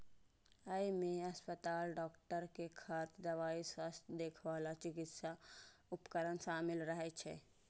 अय मे अस्पताल, डॉक्टर के खर्च, दवाइ, स्वास्थ्य देखभाल आ चिकित्सा उपकरण शामिल रहै छै